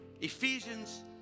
Ephesians